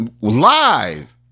live